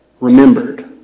remembered